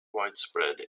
widespread